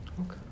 Okay